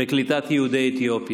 בקליטת יהודי אתיופיה,